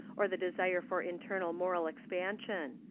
or the desire for internal moral expansion.